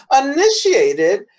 initiated